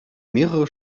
mehrere